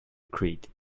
creed